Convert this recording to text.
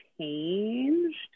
changed